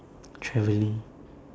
travelling